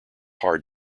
hard